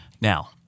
now